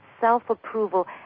self-approval